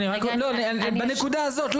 לא בנקודה הזאת,